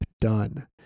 done